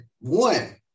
one